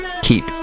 keep